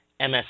MS